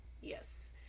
yes